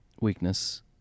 weakness